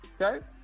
Okay